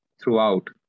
throughout